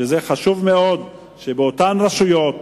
וחשוב מאוד שבאותן רשויות,